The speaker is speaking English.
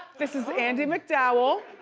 this is andie macdowell.